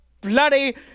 bloody